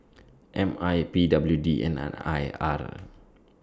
M I P W D and An I R